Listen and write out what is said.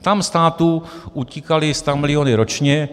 Tam státu utíkaly stamiliony ročně.